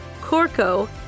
Corco